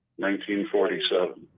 1947